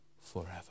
forever